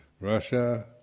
Russia